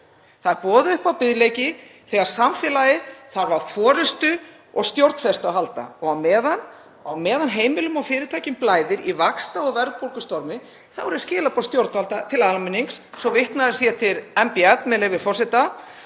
Það er boðið upp á biðleiki þegar samfélagið þarf á forystu og stjórnfestu að halda. Á meðan heimilum og fyrirtækjum blæðir í vaxta- og verðbólgustormi þá eru skilaboð stjórnvalda til almennings svo vitnað sé til mbl.is, með leyfi forseta: